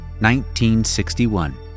1961